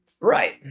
Right